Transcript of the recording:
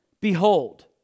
Behold